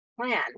plan